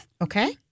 Okay